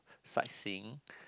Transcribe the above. sightseeing